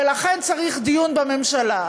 ולכן צריך דיון בממשלה.